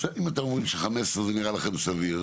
בסדר אם אתם אומרים ש-15% זה נראה לכם סביר.